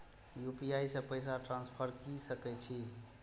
UPI से पैसा transfer की सके छी?